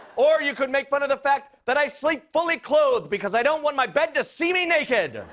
or you could make fun of the fact that i sleep fully clothed, because i don't want my bed to see me naked!